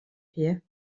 here